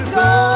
go